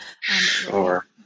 Sure